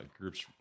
groups